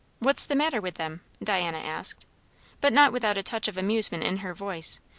what's the matter with them? diana asked but not without a touch of amusement in her voice,